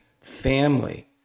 family